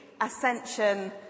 Ascension